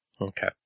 Okay